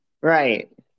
Right